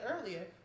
earlier